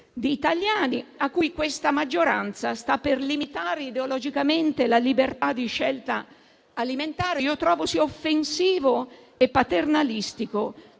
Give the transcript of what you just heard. di italiani a cui questa maggioranza sta per limitare ideologicamente la libertà di scelta alimentare. Trovo sia offensivo e paternalistico